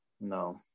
no